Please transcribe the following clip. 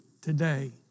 today